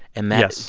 and that. yes.